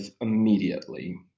immediately